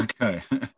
Okay